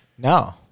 No